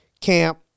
camp